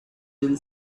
ill